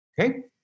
Okay